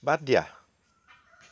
বাদ দিয়া